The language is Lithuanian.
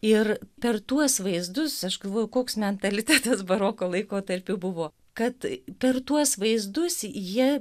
ir per tuos vaizdus aš galvoju koks mentalitetas baroko laikotarpiu buvo kad per tuos vaizdus jie